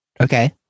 Okay